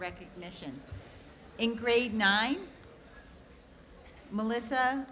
recognition in grade nine melissa